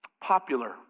popular